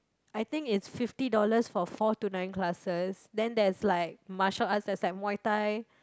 I think it's fifty dollars for four to nine classes then there's like martial arts there's like muay-thai